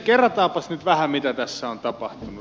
kerrataanpas nyt vähän mitä tässä on tapahtunut